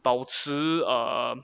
保持 err